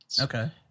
Okay